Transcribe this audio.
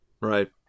right